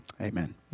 Amen